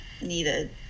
needed